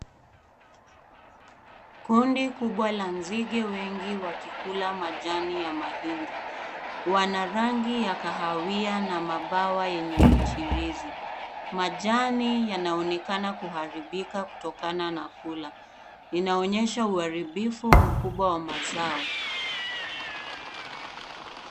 Kundi kubwa la nzige wengi wakikula majani ya mahindi, wana rangi ya kahawia na mabawa yenye michirizi. Majani yanaonekana kuharibika kutokana na kula. Inaonyesha uharibifu mkubwa wa mazao.